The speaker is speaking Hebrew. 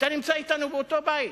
אתה נמצא אתנו באותו בית.